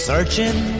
Searching